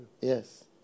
Yes